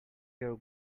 your